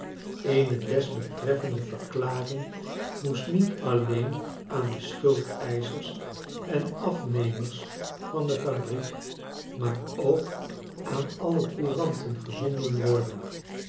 eene desbetreffende verklaring moest niet alleen aan de schuldeischers en afnemers van de fabriek maar ook aan alle couranten gezonden worden